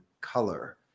color